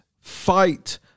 fight